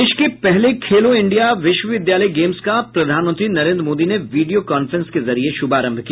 देश के पहले खेलो इंडिया विश्वविद्यालय गेम्स का प्रधानमंत्री नरेंद्र मोदी ने वीडियो कांफ्रेंस के जरिए शुभारंभ किया